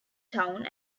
town